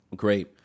Great